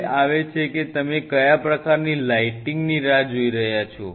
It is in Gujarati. હવે આવે છે કે તમે કયા પ્રકારની લાઇટિંગની રાહ જોઈ રહ્યા છો